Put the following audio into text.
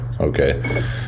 Okay